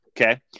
Okay